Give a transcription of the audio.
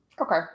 Okay